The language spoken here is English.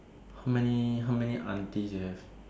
how many how many auntie there